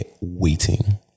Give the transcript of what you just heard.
waiting